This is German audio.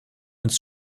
uns